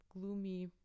gloomy